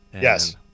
Yes